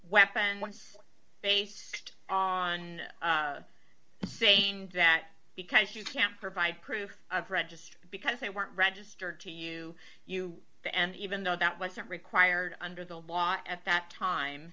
weapon based on that because you can't provide proof of red just because they weren't registered to you the end even though that wasn't required under the law at that time